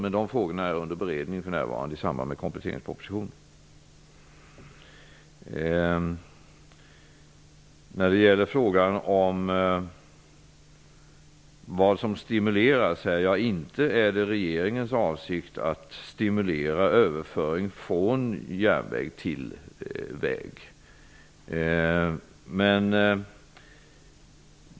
Dessa frågor är för närvarande under beredning i samband med kompletteringspropositionen. Frågan var också vad som stimuleras. Det är inte regeringens avsikt att stimulera överföring från järnväg till väg.